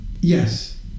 Yes